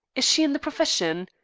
is she in the profession?